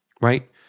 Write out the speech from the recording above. right